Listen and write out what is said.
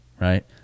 right